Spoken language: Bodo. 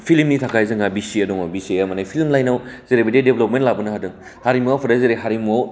फिल्मनि थाखाय जोंहा बिसा दं बिसाया माने फिल्म लाइनाव जेरैबायदि डेभेलपमेन्ट लाबोनो हादों हारिमु आफादा जेरै हारिमुआव